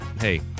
hey